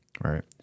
right